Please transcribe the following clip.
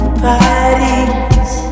bodies